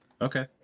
Okay